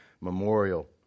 Memorial